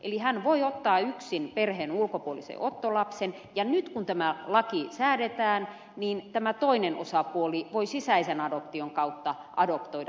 eli hän voi ottaa yksin perheen ulkopuolisen ottolapsen ja nyt kun tämä laki säädetään niin tämä toinen osapuoli voi sisäisen adoption kautta adoptoida tämän lapsen